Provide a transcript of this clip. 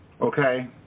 okay